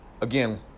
Again